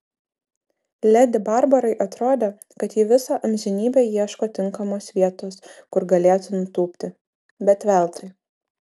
ledi barbarai atrodė kad ji visą amžinybę ieško tinkamos vietos kur galėtų nutūpti bet veltui